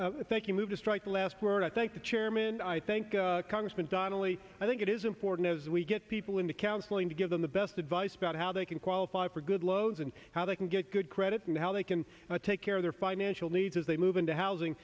i think you move to strike the last word i thank the chairman i think congressman donnelly i think it is important as we get people into counseling to give them the best advice about how they can qualify for good loads and how they can get good credit and how they can take care of their financial needs as they move into housing